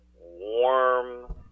warm